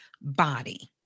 body